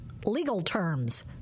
legalterms